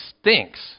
stinks